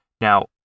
Now